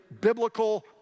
biblical